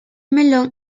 melón